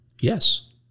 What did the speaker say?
Yes